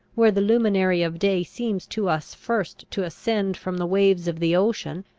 where the luminary of day seems to us first to ascend from the waves of the ocean,